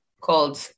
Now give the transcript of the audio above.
called